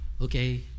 okay